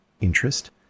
interest